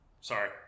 Sorry